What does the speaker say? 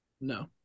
No